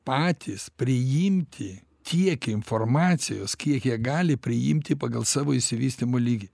patys priimti tiek informacijos kiek jie gali priimti pagal savo išsivystymo lygį